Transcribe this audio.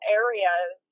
areas